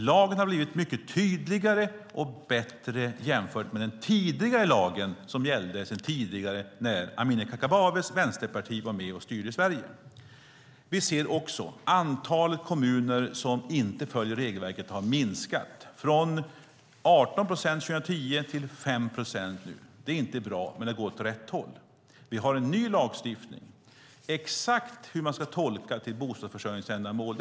Lagen har blivit mycket tydligare och bättre jämfört med den lag som gällde tidigare då Amineh Kakabavehs Vänsterparti var med och styrde Sverige. Vi ser också att antalet kommuner som inte följer regelverket har minskat, från 18 procent 2010 till 5 procent nu. Det är inte bra, men det går åt rätt håll. Vi har en ny lagstiftning. Det är inte exakt skrivet hur man ska göra tolkningar i fråga om bostadsförsörjningsändamål.